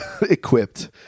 equipped